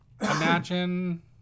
imagine